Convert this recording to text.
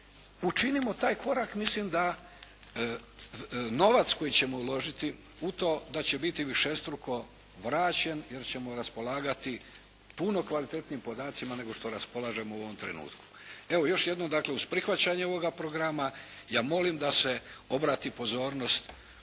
Učinimo taj korak. Mislim da novac koji ćemo uložiti u to da će biti višestruko vraćen jer ćemo raspolagati puno kvalitetnijim podacima, nego što raspolažemo u ovom trenutku. Evo, još jednom dakle uz prihvaćanje ovoga programa ja molim da se obrati pozornost.